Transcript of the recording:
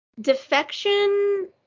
Defection